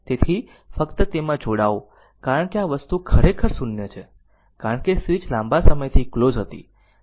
તેથી ફક્ત તેમાં જોડાઓ કારણ કે આ વસ્તુ ખરેખર 0 છે કારણ કે સ્વીચ લાંબા સમયથી ક્લોઝ હતી